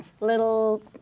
little